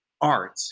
art